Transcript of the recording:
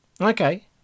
Okay